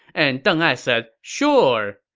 and deng ai said sure.